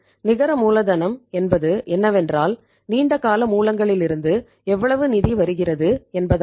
நிகர மூலதனம் என்பது என்னவென்றால் நீண்ட கால மூலங்களிலிருந்து எவ்வளவு நிதி வருகிறது என்பதாகும்